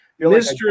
Mr